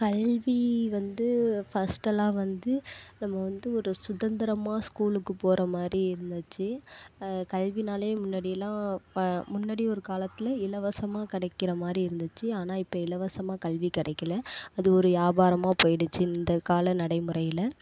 கல்வி வந்து ஃபஸ்ட்டெல்லாம் வந்து நம்ம வந்து ஒரு சுதந்திரமாக ஸ்கூலுக்கு போகிற மாதிரி இருந்துருச்சு கல்வினாலே முன்னாடி எல்லாம் முன்னாடி ஒரு காலத்தில் இலவசமாக கிடைக்கிற மாதிரி இருந்துச்சு ஆனால் இப்போ இலவசமாக கல்வி கிடைக்கில அது ஒரு வியாபாரமாக போயிடுச்சு இந்த காலம் நடைமுறையில்